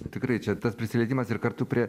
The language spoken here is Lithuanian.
tikrai čia tas prisilietimas ir kartu prie